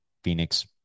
phoenix